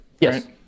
Yes